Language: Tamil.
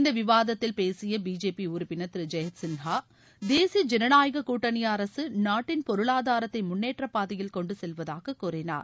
இந்த விவாதத்தில் பேசிய பிஜேபி உறுப்பினர் திரு ஜெயந்த் சின்ஹா தேசிய ஜனநாயக கூட்டணி அரசு நாட்டின் பொருளாதாரத்தை முன்னேற்றப்பாதையில் கொண்டுசெல்லவதாக கூறினார்